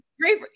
great